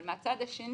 אבל מהצד השני,